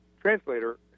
translator